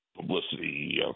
publicity